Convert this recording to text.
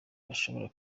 bashobora